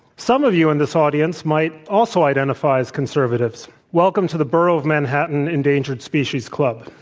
some of you in this audience might also identify as conservatives. welcome to the borough of manhattan endangered species club.